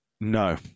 no